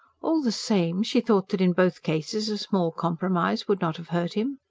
all the same, she thought that in both cases a small compromise would not have hurt him.